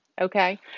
Okay